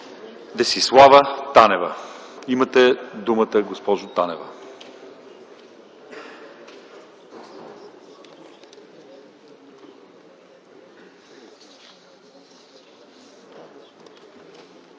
Десислава Танева. Имате думата, госпожо Танева.